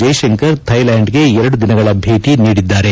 ಜೈಶಂಕರ್ ಥೈಲ್ಯಾಂಡ್ಗೆ ಎರಡು ದಿನಗಳ ಭೇಟಿ ನೀಡಿದ್ದಾರೆ